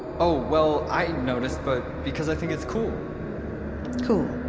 oh, well, i noticed but because i think it's cool cool?